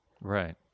Right